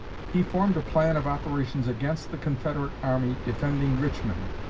he formed a plan of operations against the confederate army defending richmond,